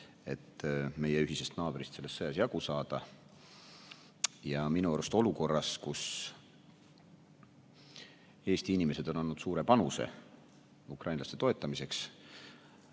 et meie ühisest naabrist selles sõjas jagu saada. Ja minu arust olukorras, kus Eesti inimesed on andnud suure panuse ukrainlaste toetamiseks,